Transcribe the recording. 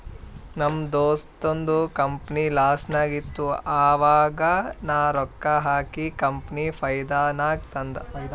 ನಮ್ ದೋಸ್ತದು ಕಂಪನಿ ಲಾಸ್ನಾಗ್ ಇತ್ತು ಆವಾಗ ನಾ ರೊಕ್ಕಾ ಹಾಕಿ ಕಂಪನಿಗ ಫೈದಾ ನಾಗ್ ತಂದ್